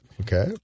Okay